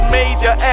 major